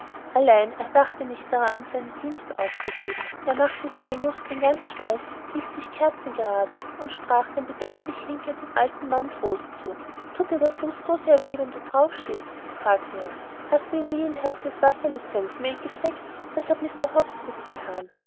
er dachte nicht daran seinen dienst aufzugeben er machte seine muskeln ganz steif hielt sich kerzengerade und sprach dem bedenklich hinkenden alten herrn trost zu thut dir der fuß so sehr weh wenn du darauf stehst fragte er hast du ihn nie in heißes wasser mit senfmehl gesteckt das hat mr hobbs gut gethan